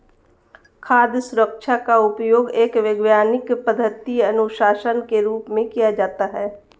खाद्य सुरक्षा का उपयोग एक वैज्ञानिक पद्धति अनुशासन के रूप में किया जाता है